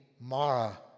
Mara